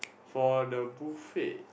for the buffet